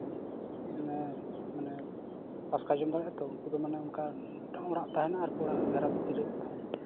ᱯᱟᱥᱠᱟ ᱡᱚᱢ ᱫᱟᱲᱮᱭᱟᱜᱼᱟ ᱛᱚ ᱩᱱᱠᱩ ᱫᱚ ᱢᱟᱱᱮ ᱢᱤᱫᱴᱟᱝ ᱚᱲᱟᱜ ᱛᱟᱦᱮᱱᱟ ᱟᱨᱠᱤ ᱟᱨ ᱚᱲᱟᱜ ᱜᱷᱮᱨᱟ ᱵᱷᱤᱛᱤᱨ ᱨᱮᱜᱮ ᱠᱚ ᱛᱟᱦᱮᱱᱟ